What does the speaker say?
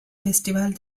festival